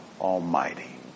Almighty